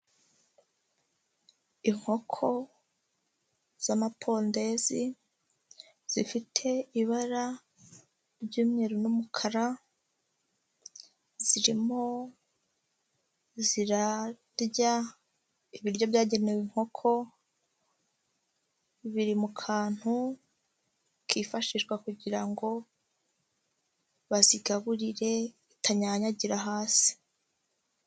Inkoko z'amapondezi zifite ibara ry'umweru n'umukara, zirimo zirarya ibiryo byagenewe inkoko, biri mu kantu kifashishwa kugira ngo bazigaburire bitanyanyagira hasi.